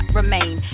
remain